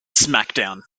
smackdown